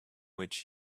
which